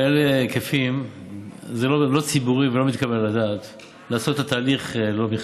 בהיקפים כאלה זה לא ציבורי ולא מתקבל על הדעת לעשות את התהליך ללא מכרז.